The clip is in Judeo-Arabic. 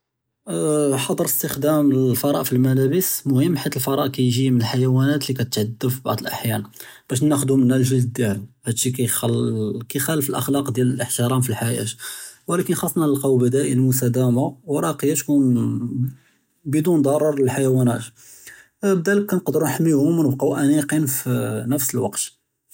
חַצַר אִסְתִעְמَال אֶלְפַרָאא פִּי אֶלְמַלַאבִס מֻהִימּ, חֵית אֶלְפַרָאא כַּיַגִ'י מִן אֶלְחַיַונַאת לִי כּתְתְעַذַב, פִּי בַעְד אֶלְאֻחְיָאן בַּאש נַאכְחוּ מִנְהַא אֶלְגַלְד דִּיַאלְהָ, הָאדּ אֶלְשִּׁי כַּיִחַלֵּף כִּיכְ'אַלֶף אֶלְאַחְלַאק דִּיַאל אֶלְאֶחְתִרָאם פִּי אֶלְחַיַاة, וּלָקִין חַאסְנַא נְלְקַאוּ בַּדָאִיל מֻסְתַמַּרָה וְרָאקִיָּה תְּקוּן בְּלִי דַרַאר לֶלְחַיַונַאת, בִּדַלְכּ כְּנְקַדְּרוּ נַחְמִיוּהוּם וּנְבְקּוּ אַנִיקִּין פִּי נֶפְס אֶלְוַקְת.